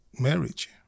marriage